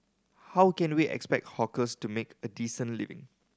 how can we expect hawkers to make a decent living